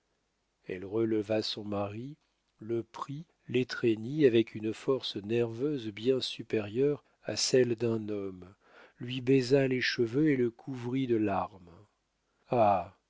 elle releva son mari le prit l'étreignit avec une force nerveuse bien supérieure à celle d'un homme lui baisa les cheveux et le couvrit de larmes